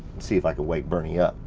see if i could wake bernie up.